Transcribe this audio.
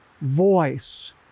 voice